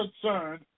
concerned